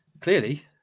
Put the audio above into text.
clearly